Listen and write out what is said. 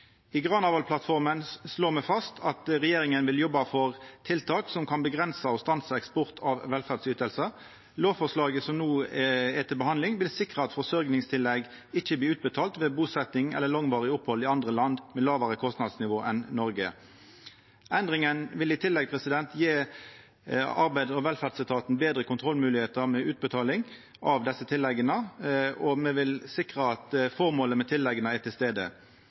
I Granavolden-plattforma slår me fast at regjeringa vil jobba for tiltak som kan avgrensa og stansa eksport av velferdsytingar. Lovforslaget som no er til behandling, vil sikra at forsørgingstillegg ikkje blir utbetalt ved busetjing eller langvarig opphald i andre land med lågare kostnadsnivå enn i Noreg. Endringa vil i tillegg gje arbeids- og velferdsetaten betre kontrollmoglegheiter med utbetaling av desse tillegga, og me vil sikra at føremålet med tillegga er til